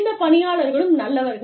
இந்த பணியாளர்களும் நல்லவர்கள்